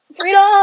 freedom